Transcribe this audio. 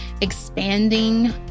expanding